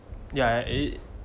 ya it it